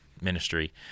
ministry